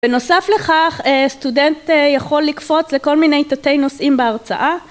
בנוסף לכך סטודנט יכול לקפוץ לכל מיני תתי נושאים בהרצאה...